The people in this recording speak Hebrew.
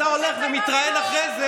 אתה חבר במפלגה לאומנית קיצונית,